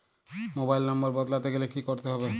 Mobile number বদলাতে গেলে কি করতে হবে?